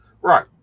Right